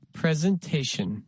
presentation